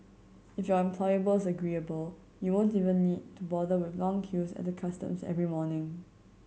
if your employer agreeable you won't even need to bother with the long queues at the customs every morning